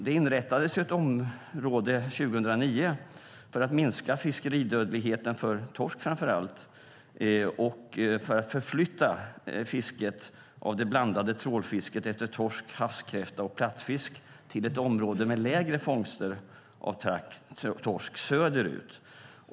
Det inrättades ett område 2009 för att minska fiskeridödligheten för torsk, framför allt, och för att förflytta det blandade trålfisket efter torsk, havskräfta och plattfisk till ett område med lägre fångster av torsk, söderut.